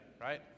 right